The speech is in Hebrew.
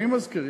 אני מזכיר,